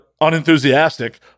unenthusiastic